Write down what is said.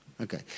Okay